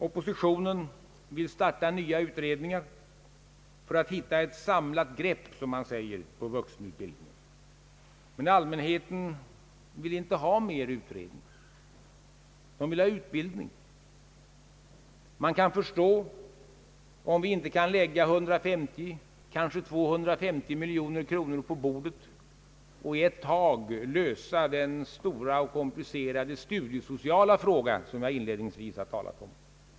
Oppositionen vill starta nya utredningar för att hitta ett samlat grepp, som man säger, på vuxenutbildningen. Men allmänheten vill inte ha mer utredning. Den vill ha utbildning. Man kan förstå om vi inte kan lägga 150, kanske 250 miljoner kronor på bordet och i ett tag lösa den stora och komplicerade studiesociala frågan, som jag inledningsvis har talat om.